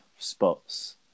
Spots